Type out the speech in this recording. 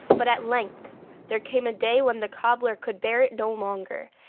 but at length there came a day when the cobbler could bear it no longer,